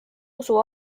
usu